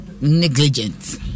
negligence